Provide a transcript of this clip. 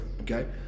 Okay